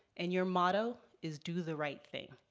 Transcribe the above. and your motto is do the right thing.